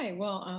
ah well,